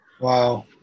Wow